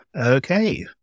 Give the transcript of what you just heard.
Okay